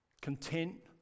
content